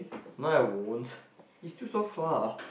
no I won't it's still so far